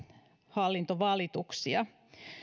hallintovalituksia